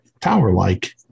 tower-like